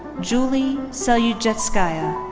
julie selyuzhitskaya.